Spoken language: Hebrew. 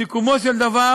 סיכומו של דבר,